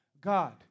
God